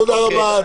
תודה רבה.